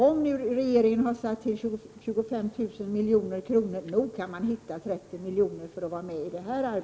Om regeringen har anslagit 25 000 milj.kr., kan man väl hitta 30 milj.kr. för det här arbetet.